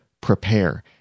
prepare